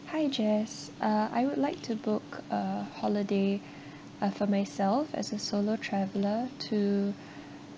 hi jess uh I would like to book a holiday uh for myself as a solo traveller to